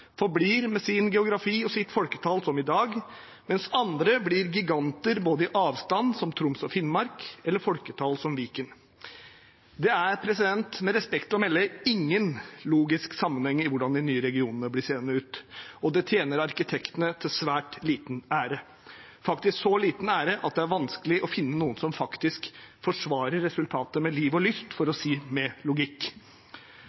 forblir med sin geografi og sitt folketall som i dag, mens andre blir giganter i avstand, som Troms og Finnmark, eller i folketall, som Viken. Det er, med respekt å melde, ingen logisk sammenheng i hvordan de nye regionene blir seende ut. Det tjener arkitektene til svært liten ære – faktisk så liten ære at det er vanskelig å finne noen som forsvarer resultatet med liv og lyst,